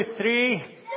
three